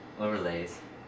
overlays